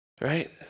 Right